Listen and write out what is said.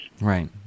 Right